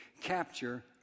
capture